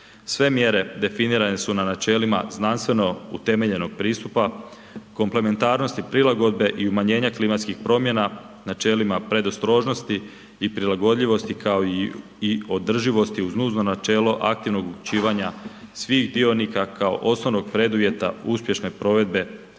Sve mjere definirane su na načelima znanstveno utemeljenog pristupa, komplementarnosti prilagodbe i umanjenja klimatskih promjena načelima predostrožnosti i prilagodljivosti, kao i održivosti uz nužno načelo aktivnog uključivanja svih dionika kao osobnog preduvjeta uspješne provedbe